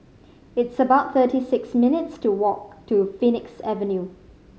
it's about thirty six minutes' to walk to Phoenix Avenue